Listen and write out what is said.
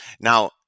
Now